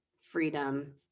freedom